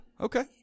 okay